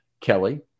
Kelly